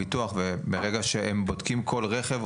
וברגע שהם בודקים כל רכב,